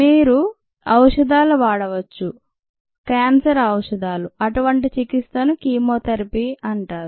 మీర ఔషధాలు వాడవచ్చు క్యాన్సర్ ఔషధాలు అటువంటి చికిత్సను కీమోథెరపీ అని అంటారు